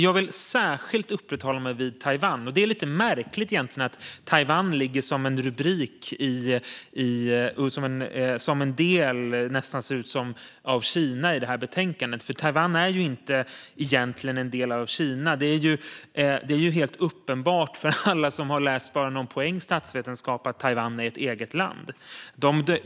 Jag vill särskilt uppehålla mig vid Taiwan. Det är lite märkligt att Taiwan ligger som en rubrik under delen om Kina i det här betänkandet, för Taiwan är egentligen inte en del av Kina. Det är ju helt uppenbart för alla som har läst bara någon poäng statsvetenskap att Taiwan är ett eget land.